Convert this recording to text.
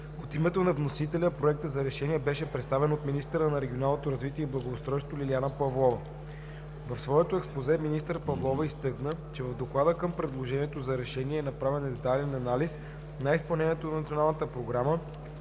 От името на вносителя Проектът за решение беше представен от министъра на регионалното развитие и благоустройството Лиляна Павлова. В своето експозе министър Павлова изтъкна, че в доклада към предложението за решение е направен детайлен анализ на изпълнението на Националната програма